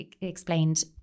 explained